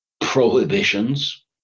prohibitions